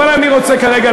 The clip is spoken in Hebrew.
אבל אני רוצה כרגע,